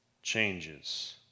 changes